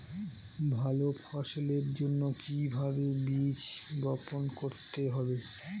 ভালো ফসলের জন্য কিভাবে বীজ বপন করতে হবে?